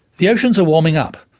the oceans are warming up,